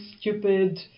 stupid